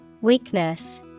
Weakness